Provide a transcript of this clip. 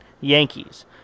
Yankees